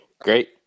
Great